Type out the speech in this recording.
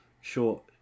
short